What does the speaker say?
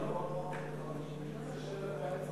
מרגי,